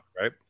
Right